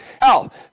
Hell